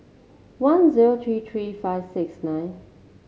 one zero three three five six nine